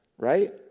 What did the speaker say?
Right